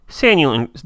Daniel